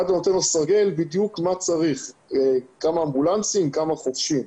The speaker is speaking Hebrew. כמה אמבולנסים וכמה חובשים.